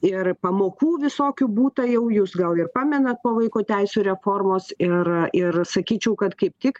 ir pamokų visokių būta jau jūs gal ir pamenat po vaiko teisių reformos ir ir sakyčiau kad kaip tik